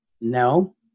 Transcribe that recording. No